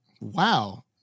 wow